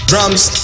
Drums